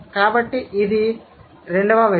కాబట్టి అది రెండవ విషయం